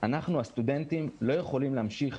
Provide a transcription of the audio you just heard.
אנחנו הסטודנטים לא יכולים להמשיך